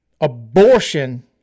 Abortion